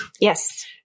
Yes